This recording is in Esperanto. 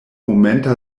momenta